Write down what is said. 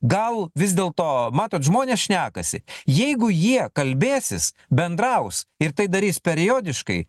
gal vis dėlto matot žmonės šnekasi jeigu jie kalbėsis bendraus ir tai darys periodiškai